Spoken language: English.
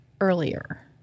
earlier